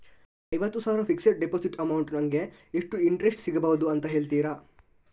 ಐವತ್ತು ಸಾವಿರ fixed deposit amount ಗೆ ನಂಗೆ ಎಷ್ಟು ಇಂಟ್ರೆಸ್ಟ್ ಸಿಗ್ಬಹುದು ಅಂತ ಹೇಳ್ತೀರಾ?